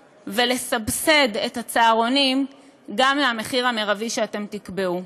ולסבסד את הצהרונים גם למחיר המרבי שאתם תקבעו.